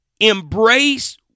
embrace